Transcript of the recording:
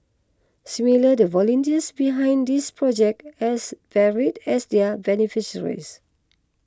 similarly the volunteers behind this project as varied as their beneficiaries